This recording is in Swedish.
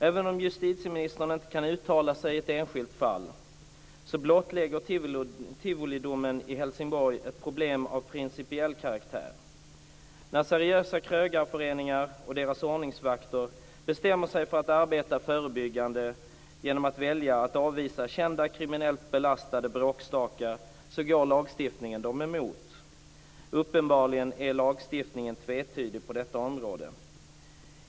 Även om justitieministern inte kan uttala sig i ett enskilt fall, blottlägger Tivolidomen i Helsingborg ett problem av principiell karaktär. När seriösa krögarföreningar och deras ordningsvakter bestämmer sig för att arbeta förebyggande genom att välja att avvisa kända kriminellt belastade bråkstakar går lagstiftningen dem emot. Uppenbarligen är lagstiftningen tvetydig på detta område.